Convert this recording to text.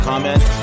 Comment